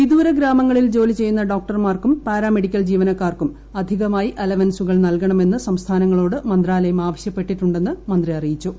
വിദൂര ഗ്രാമങ്ങളിൽ ജോലി ചെയ്യുന്ന ഡോക്ടർമാർക്കും പാരാമെഡിക്കൽ ജീവനക്കാർക്കും അധികമായി അലവൻസുകൾ നല്കണമെന്ന് സംസ്ഥാനങ്ങളോട് മന്ത്രാലയം ആവശ്യപ്പെട്ടിട്ടുണ്ടെന്ന് മന്ത്രി അറിയിച്ചു